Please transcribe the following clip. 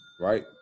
right